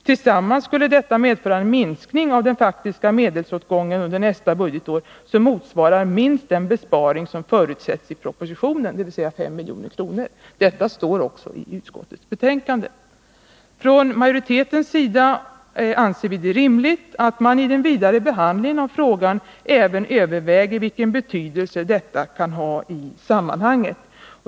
Tillsammans skulle detta medföra en minskning av den faktiska medelsåtgången under nästa år som motsvarar minst den besparing som förutsätts i propositionen, dvs. 5 milj.kr. Detta står också i utskottets betänkande. Från majoritetens sida anser vi att det är rimligt att man i den vidare behandlingen av frågan även överväger vilken betydelse det här kan ha i sammanhanget.